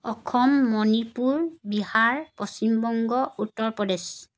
Assam Manipur Bihar Paschimbanga Uttar Pradesh